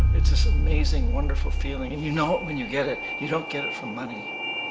it's this amazing wonderful feeling and you know it when you get it. you don't get it from money,